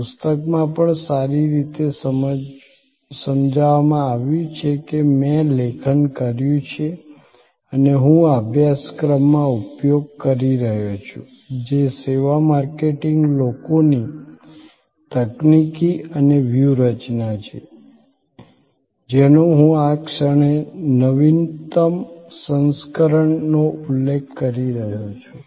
પુસ્તકમાં પણ સારી રીતે સમજાવવામાં આવ્યું છે કે મેં લેખન કર્યું છે અને હું આ અભ્યાસક્રમમાં ઉપયોગ કરી રહ્યો છું જે સેવા માર્કેટિંગ લોકોની તકનીકી અને વ્યૂહરચના છે જેનો હું આ ક્ષણે નવીનતમ સંસ્કરણનો ઉલ્લેખ કરી રહ્યો છું